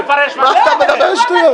אתה מפרש מה שאתה רוצה.